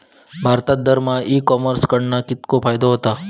भारतात दरमहा e commerce कडणा कितको फायदो होता?